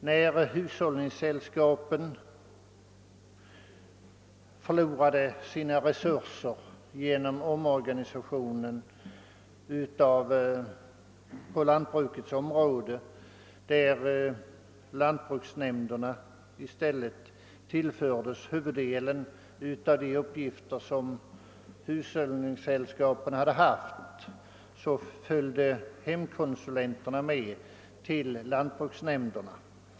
När hushållningssällskapen förlorade sina resurser genom omorganisationen på lantbrukets område, där lantbruksnämnderna i stället tillfördes huvuddelen av de uppgifter som hushållningssällskapen hade haft, följde hemkonsulenterna med till lantbruksnämnderna.